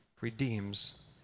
redeems